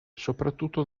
soprattutto